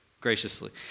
graciously